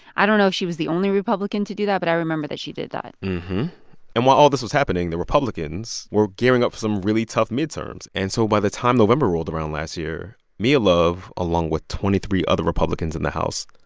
i don't know if she was the only republican to do that, but i remember that she did that and while all this was happening, the republicans were gearing up for some really tough midterms. and so by the time november rolled around last year, mia love, along with twenty three other republicans in the house,